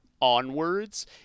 onwards